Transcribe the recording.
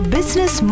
Business